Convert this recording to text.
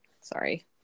Sorry